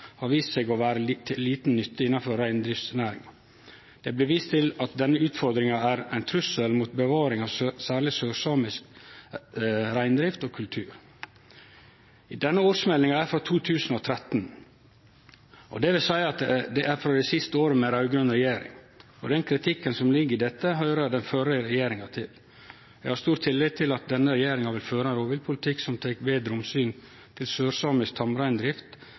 har vist seg å vere til liten nytte innanfor reindriftsnæringa. Det blir vist til at denne utfordringa er ein trussel mot bevaring av særleg sørsamisk reindrift og kultur. Denne årsmeldinga er for 2013. Det vil seie at det er frå det siste året med raud-grøn regjering, og den kritikken som ligg i dette, høyrer den førre regjeringa til. Eg har stor tillit til at denne regjeringa vil føre ein rovviltpolitikk som tek betre omsyn til sørsamisk tamreindrift